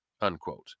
unquote